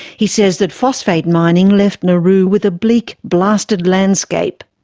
he says that phosphate mining left nauru with a bleak, blasted landscape.